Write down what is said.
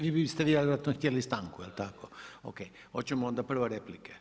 Vi biste vjerojatno htjeli stanku jel tako? … [[Upadica se ne čuje.]] Ok, hoćemo onda prvo replike?